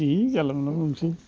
ओइ जानला मोनला बुंनोसै